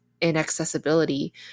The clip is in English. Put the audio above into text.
inaccessibility